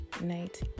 night